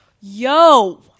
Yo